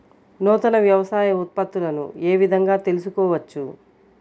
నూతన వ్యవసాయ ఉత్పత్తులను ఏ విధంగా తెలుసుకోవచ్చు?